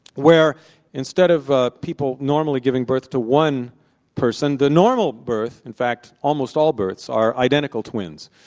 where instead of ah people normally giving birth to one person, the normal birth, in fact almost all births, are identical twins.